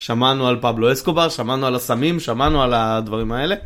שמענו על פבלו אסקובר, שמענו על הסמים, שמענו על הדברים האלה.